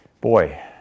boy